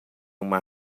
uma